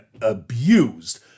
abused